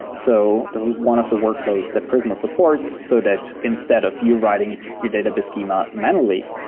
so this is one of the workflows that prisma supports so that instead of you writing your database schema manually,